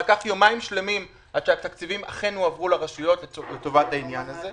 לקח יומיים שלמים עד שהתקציבים אכן הועברו לרשויות לטובת העניין הזה.